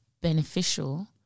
beneficial